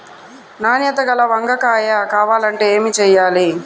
నాణ్యత గల వంగ కాయ కావాలంటే ఏమి చెయ్యాలి?